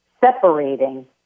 separating